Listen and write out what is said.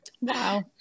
Wow